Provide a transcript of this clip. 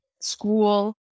school